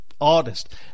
artist